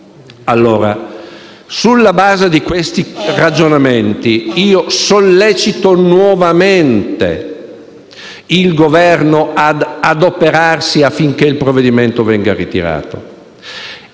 Pula. Sulla base di questi ragionamenti, sollecito nuovamente il Governo ad adoperarsi affinché il provvedimento venga ritirato.